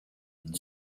and